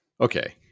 Okay